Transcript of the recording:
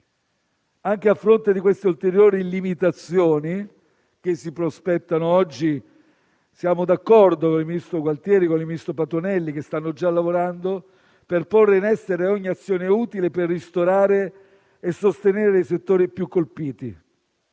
Anche a fronte delle ulteriori limitazioni che si prospettano oggi, siamo d'accordo con il ministro Gualtieri e con il ministro Patuanelli, che stanno già lavorando, per porre in essere ogni azione utile per ristorare e sostenere i settori più colpiti.